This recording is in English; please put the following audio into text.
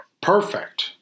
perfect